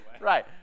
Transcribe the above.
Right